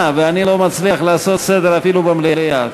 ואני לא מצליח לעשות סדר אפילו במליאה,